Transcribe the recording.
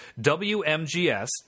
WMGS